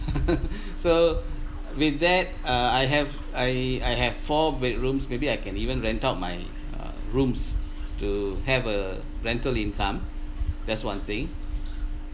so with that uh I have I I have four bedrooms maybe I can even rent out my uh rooms to have a rental income that's one thing